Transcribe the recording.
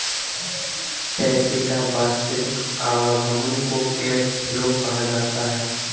पैसे का वास्तविक आवागमन को कैश फ्लो कहा जाता है